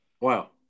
Wow